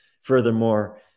Furthermore